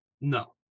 No